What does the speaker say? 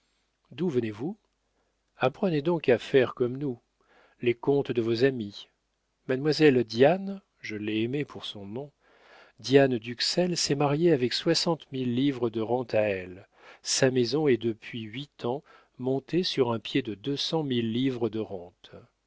d'où venez-vous apprenez donc à faire comme nous les comptes de vos amis mademoiselle diane je l'ai aimée pour son nom diane d'uxelles s'est mariée avec soixante mille livres de rente à elle sa maison est depuis huit ans montée sur un pied de deux cent mille livres de rente